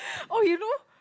oh you know